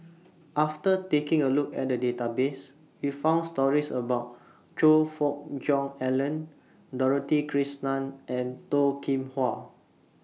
after taking A Look At The Database We found stories about Choe Fook Cheong Alan Dorothy Krishnan and Toh Kim Hwa